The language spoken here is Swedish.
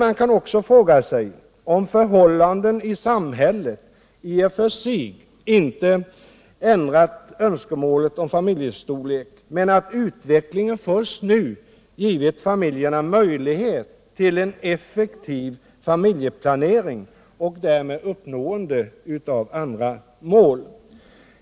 Man kan också fråga sig om inte förhållanden i samhället i och för sig förändrat önskemålen om familjestorlek och samtidigt konstatera att utvecklingen först nu givit familjen möjlighet till en effektiv familjeplanering och därmed uppnående av andra mål.